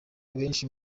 benshi